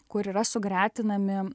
kur yra sugretinami